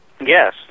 Yes